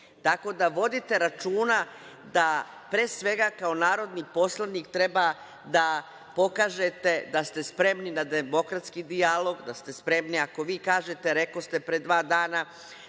Tako da, vodite računa da pre svega kao narodni poslanik treba da pokažete da ste spremni na demokratski dijalog, da ste spremni, ako vi kažete, rekoste pre dva dana